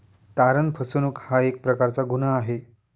तारण फसवणूक हा एक प्रकारचा गुन्हा आहे